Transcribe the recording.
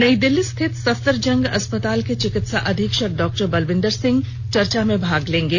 नई दिल्ली स्थित सफदरजंग अस्पताल के चिकित्सा अधीक्षक डॉक्टर बलविन्दर सिंह चर्चा में भाग लेंगे